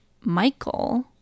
Michael